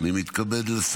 אז בואו נראה.